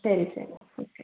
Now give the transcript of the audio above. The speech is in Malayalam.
ശരി ശരി ഓക്കെ